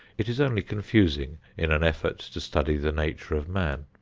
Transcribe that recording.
it is only confusing in an effort to study the nature of man.